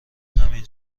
همین